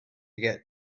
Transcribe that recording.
get